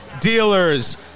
dealers